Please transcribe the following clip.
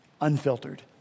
unfiltered